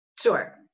Sure